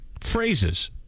phrases